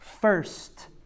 first